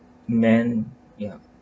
men yeah